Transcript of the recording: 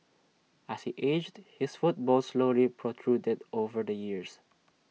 as he aged his foot bone slowly protruded over the years